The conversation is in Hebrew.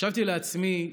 חשבתי לעצמי,